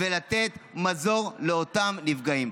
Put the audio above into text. ולתת מזור לאותם נפגעים.